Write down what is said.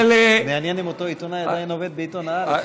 מעניין אם אותו עיתונאי עדיין עובד בעיתון הארץ.